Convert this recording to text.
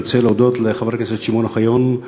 אני רוצה להודות לחבר הכנסת שמעון אוחיון,